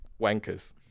wankers